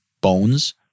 bones